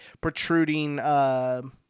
protruding